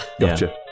Gotcha